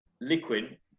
liquid